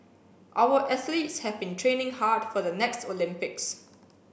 our athletes have been training hard for the next Olympics